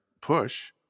push